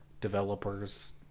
developers